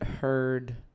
heard